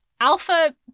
Alpha